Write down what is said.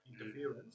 interference